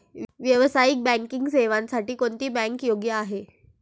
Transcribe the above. व्यावसायिक बँकिंग सेवांसाठी कोणती बँक योग्य आहे?